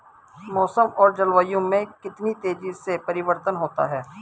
मौसम और जलवायु में कितनी तेजी से परिवर्तन होता है?